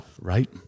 Right